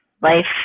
life